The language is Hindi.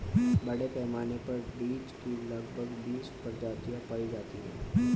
बड़े पैमाने पर चीढ की लगभग बीस प्रजातियां पाई जाती है